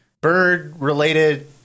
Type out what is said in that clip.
bird-related